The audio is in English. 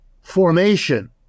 formation